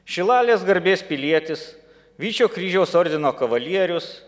šilalės garbės pilietis vyčio kryžiaus ordino kavalierius